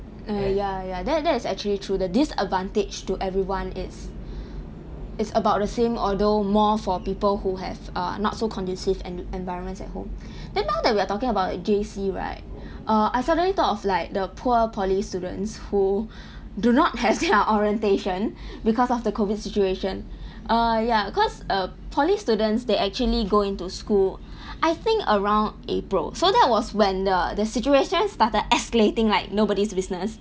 ya ya that that is actually true the disadvantage to everyone it's it's about the same although more for people who have uh not so conducive en~ environments at home then now that we are talking about J_C right err I suddenly thought of like the poor poly students who do not have their orientation because of the COVID situation err ya cause err poly students they actually go into school I think around april so that was when the the situations started escalating like nobody's business err